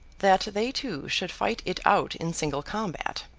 that they two should fight it out in single combat.